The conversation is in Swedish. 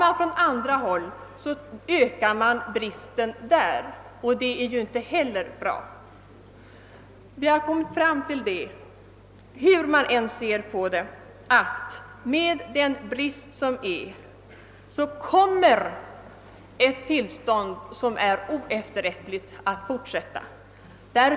Med den personalbrist som vi har kommer det nuvarande oefterrättliga tillståndet att fortsätta.